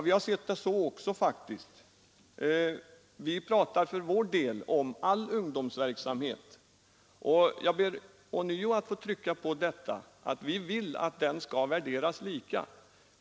Vi har faktiskt också sett det så. Vi talar för vår del om all ungdomsverksamhet, och jag ber ånyo få trycka på att vi vill att den skall värderas lika.